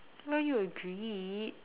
well you agreed